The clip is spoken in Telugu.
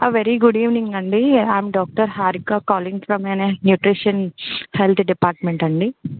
వెరీ గుడ్ ఈవెనింగ్ అండి I am doctor Harika calling from N A nutrition health department అండి